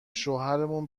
شوهرمون